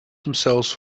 themselves